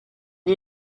you